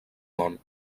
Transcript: món